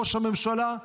ראש הממשלה,